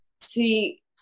see